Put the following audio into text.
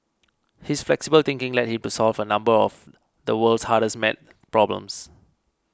his flexible thinking led him to solve a number of the world's hardest maths problems